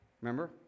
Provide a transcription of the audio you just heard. Remember